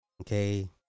Okay